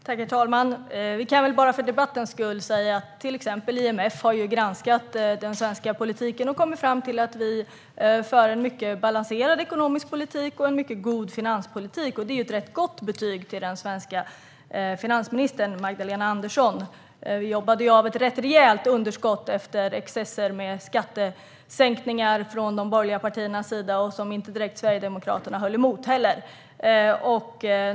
Herr talman! Vi kan väl bara för debattens skull säga att till exempel IMF har granskat den svenska politiken och kommit fram till att vi för en mycket balanserad ekonomisk politik och en mycket god finanspolitik. Det är ett rätt gott betyg till den svenska finansministern Magdalena Andersson. Vi jobbade ju av ett rätt rejält underskott efter excesser med skattesänkningar från de borgerliga partiernas sida, som Sverigedemokraterna inte direkt höll emot.